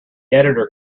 editor